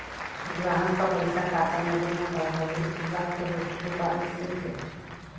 ग्राहक क पइसा खाता में जमा भयल हौ इ बात क पुष्टि डिपाजिट स्लिप से होला